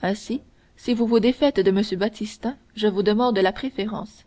ainsi si vous vous défaites de m baptistin je vous demande la préférence